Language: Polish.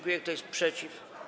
Kto jest przeciw?